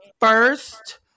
first